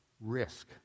risk